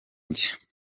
njye